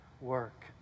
work